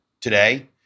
today